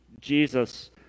Jesus